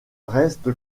reste